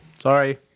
Sorry